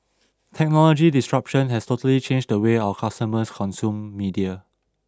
technological disruption has totally changed the way our customers consume media